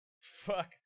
Fuck